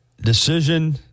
decision